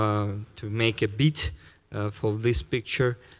um to make a bid for this picture.